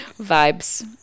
vibes